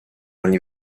ogni